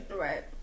Right